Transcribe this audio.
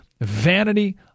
vanity